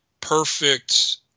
perfect